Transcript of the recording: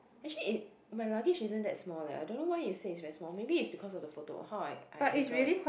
actually it my luggage isn't that small leh I don't know why you day it's very small maybe it's because of the photo how I I angle it